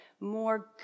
more